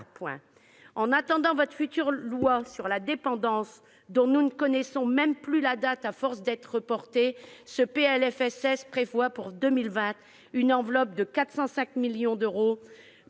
En attendant votre future loi sur la dépendance, dont nous ne connaissons même plus la date, à force de la voir reportée, ce PLFSS prévoit pour 2020 une enveloppe de 405 millions d'euros